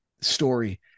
story